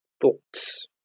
Thoughts